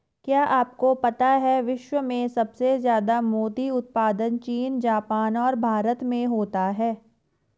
क्या आपको पता है विश्व में सबसे ज्यादा मोती उत्पादन चीन, जापान और भारत में होता है?